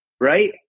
right